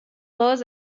law